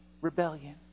rebellion